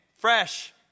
fresh